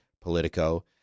Politico